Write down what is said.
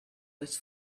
was